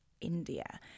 India